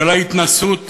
של ההתנשאות